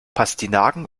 pastinaken